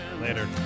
Later